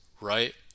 right